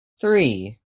three